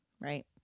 Right